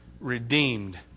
redeemed